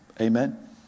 amen